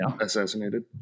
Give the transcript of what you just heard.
assassinated